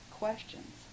questions